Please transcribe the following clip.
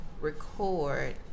record